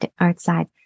outside